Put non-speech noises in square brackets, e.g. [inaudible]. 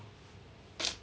[noise]